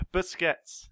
Biscuits